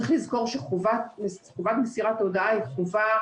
צריך לזכור שחובת מסירת הודעה היא חובה